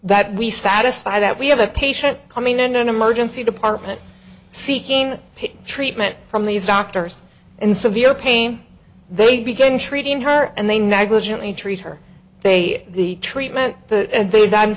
that we satisfy that we have a patient coming in an emergency department seeking treatment from these doctors in severe pain they begin treating her and they negligently treat her they the treatment they've